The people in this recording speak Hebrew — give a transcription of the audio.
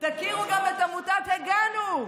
תכירו גם את עמותת "הגענו",